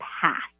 past